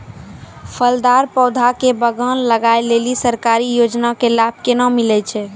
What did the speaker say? फलदार पौधा के बगान लगाय लेली सरकारी योजना के लाभ केना मिलै छै?